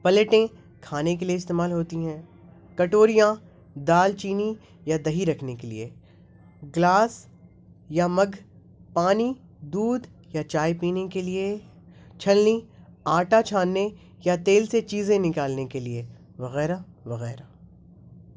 پلیٹیں کھانے کے لیے استعمال ہوتی ہیں کٹوریاں دال چینی یا دہی رکھنے کے لیے گلاس یا مگھ پانی دودھ یا چائے پینے کے لیے چھلنی آٹا چھاننے یا تیل سے چیزیں نکالنے کے لیے وغیرہ وغیرہ